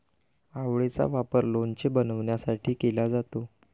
आवळेचा वापर लोणचे बनवण्यासाठी केला जातो